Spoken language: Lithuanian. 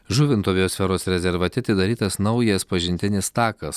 žuvinto biosferos rezervate atidarytas naujas pažintinis takas